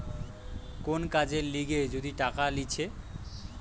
কোন কাজের লিগে যদি টাকা লিছে